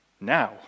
Now